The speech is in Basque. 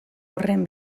horren